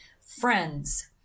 Friends